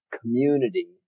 community